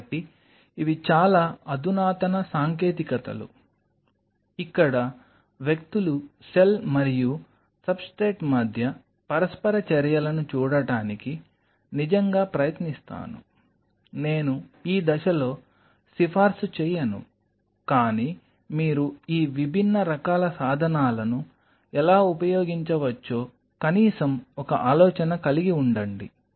కాబట్టి ఇవి చాలా అధునాతన సాంకేతికతలు ఇక్కడ వ్యక్తులు సెల్ మరియు సబ్స్ట్రేట్ మధ్య పరస్పర చర్యలను చూడటానికి నిజంగా ప్రయత్నిస్తాను నేను ఈ దశలో సిఫారసు చేయను కానీ మీరు ఈ విభిన్న రకాల సాధనాలను ఎలా ఉపయోగించవచ్చో కనీసం ఒక ఆలోచన కలిగి ఉండండి